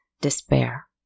despair